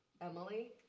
Emily